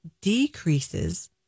decreases